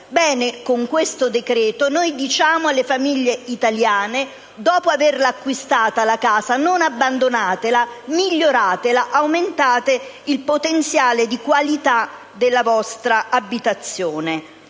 Ebbene, con questo decreto diciamo alle famiglie italiane: dopo aver acquistato la casa, non abbandonatela, miglioratela, aumentate il potenziale di qualità della vostra abitazione.